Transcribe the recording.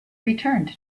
returned